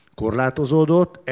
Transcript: korlátozódott